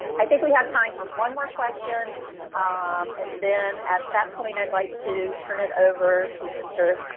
i think we have time for one more question um and then at that point i'd like to turn it over to mr.